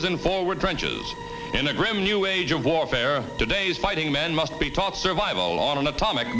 in forward trenches in a grim new age of warfare today's fighting men must be taught survival on an atomic